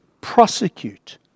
prosecute